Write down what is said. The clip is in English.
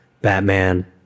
Batman